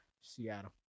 Seattle